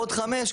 עוד חמש,